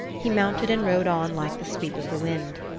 he mounted and rode on like the sweep of the wind.